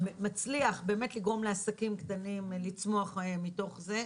נצליח לגרום לעסקים קטנים לצמוח מתוך זה.